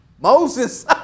Moses